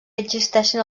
existeixen